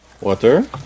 Water